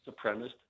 supremacist